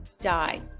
die